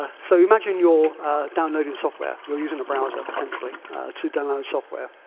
ah so you imagine you're downloading software. you're using the browser, potentially to download software.